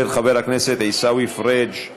של חבר הכנסת עיסאווי פריג'.